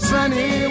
Sunny